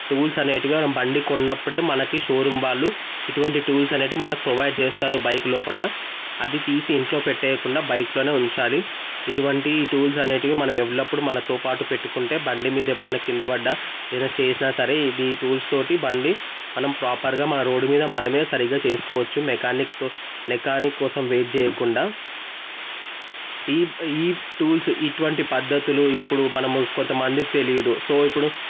tools అనేవి మనం బండి కొన్నప్పుడు మనకి షోరూమ్ వాళ్ళు ఇటువంటి టూల్స్ అనేవి మనకు ప్రొవైడ్ చేస్తారు బైక్ లోపల అది తీసి ఇంట్లో పెట్టేయకుండా బైక్లో ఉంచాలి ఇటువంటి టూల్స్ అనేవి మనం ఎల్లప్పుడు మనతోపాటు పెట్టుకుంటే బండిమీద ఎప్పుడన్నా కింద పడ్డ ఏదైనా చేసిన సరే ఈ టూల్స్తో బండి మనం ప్రాపర్గా మన రోడ్డు మీద మనమే సరిగా చేసుకోవచ్చు మెకానిక్తో మెకానిక్ కోసం వెయిట్ చేయకుండా ఈ ఈ టూల్స్ ఇటువంటి పద్ధతులు ఇప్పుడు మనము కొంతమందికి తెలియదు సో ఇప్పుడు